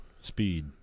Speed